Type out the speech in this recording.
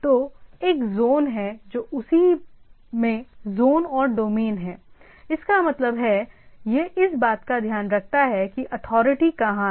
तो एक ज़ोन है जो उसी में ज़ोन और डोमेन है इसका मतलब है यह इस बात का ध्यान रखता है कि अथॉरिटी कहाँ है